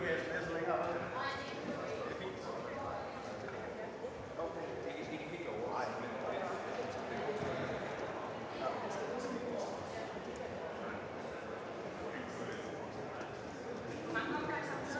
Hvad med det